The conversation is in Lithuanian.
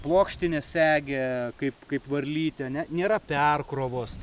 plokštinė segė kaip kaip varlytė ne nėra perkrovos